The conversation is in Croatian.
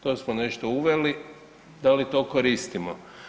To smo nešto uveli, da li to koristimo?